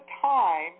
time